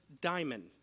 diamond